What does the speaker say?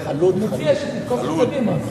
אני מציע שתתקוף את קדימה.